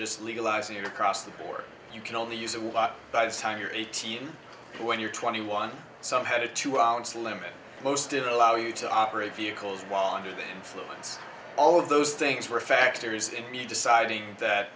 just legalizing it across the board you can only use a lot by the time you're eighteen when you're twenty one some had a two ounce limit most of allow you to operate vehicles while under the influence all of those things were factors in be deciding that